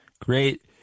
Great